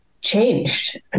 changed